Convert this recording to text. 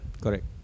Correct